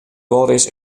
wolris